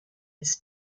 his